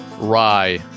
rye